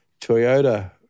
Toyota